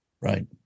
Right